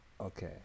Okay